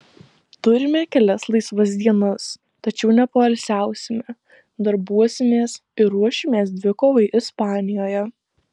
turime kelias laisvas dienas tačiau nepoilsiausime darbuosimės ir ruošimės dvikovai ispanijoje